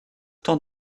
temps